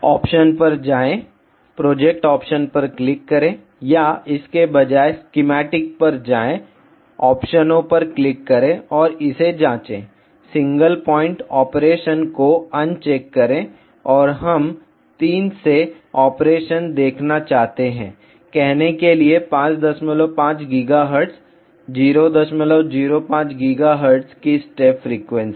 vlcsnap 2018 09 20 14h55m18s233 option पर जाएँ project option पर क्लिक करें या इसके बजाय स्कीमैटिक पर जाएँ ऑप्शनों पर क्लिक करें और इसे जांचें सिंगल पॉइंट ऑपरेशन को अनचेक करें और हम 3 से ऑपरेशन देखना चाहते हैं कहने के लिए 55 GHz 005 GHz की स्टेप फ्रीक्वेंसी